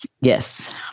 Yes